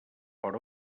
per